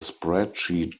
spreadsheet